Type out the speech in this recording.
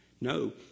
No